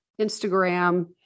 Instagram